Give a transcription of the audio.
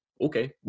okay